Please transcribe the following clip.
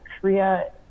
korea